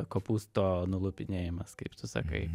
kopūsto nulupinėjimas kaip tu sakai